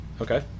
Okay